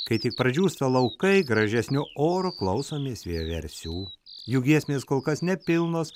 kai tik pradžiūsta laukai gražesniu oru klausomės vieversių jų giesmės kol kas nepilnos